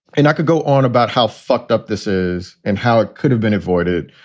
and could go on about how fucked up this is and how it could have been avoided.